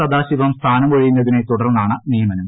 സദാശിവം സ്ഥാനമൊഴിയുന്നതിനെ തുടർന്നാണ് നിയമനം